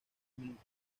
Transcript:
minutos